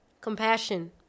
Compassion